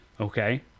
Okay